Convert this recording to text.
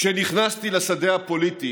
כשנכנסתי לשדה הפוליטי